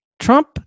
Trump